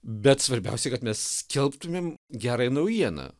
bet svarbiausia kad mes skelbtumėm gerąją naujieną